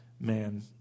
man